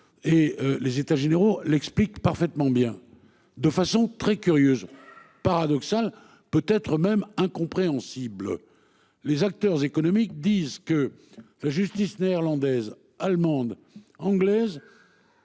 et les états généraux l'explique parfaitement bien de façon très curieuse paradoxal peut être même incompréhensible. Les acteurs économiques disent que la justice néerlandaise allemandes, anglaises.